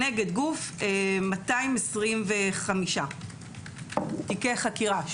נגד גוף 225 תיקי חקירה.